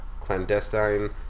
clandestine